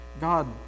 God